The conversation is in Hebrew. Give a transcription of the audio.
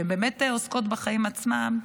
שעוסקות בחיים עצמם,